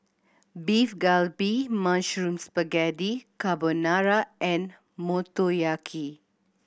Beef Galbi Mushroom Spaghetti Carbonara and Motoyaki